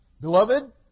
Beloved